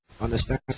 Understand